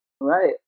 right